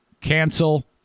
cancel